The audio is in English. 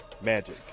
magic